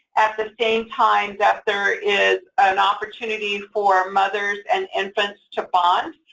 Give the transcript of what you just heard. at the same time that there is an opportunity for mothers and infants to bond,